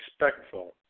respectful